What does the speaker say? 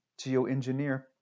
geoengineer